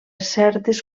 certes